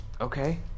Okay